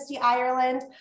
Ireland